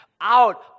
out